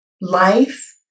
life